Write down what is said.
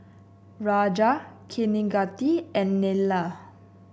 Raja Kaneganti and Neila